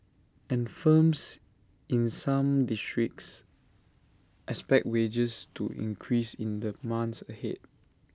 and firms in some districts expect wages to increase in the months ahead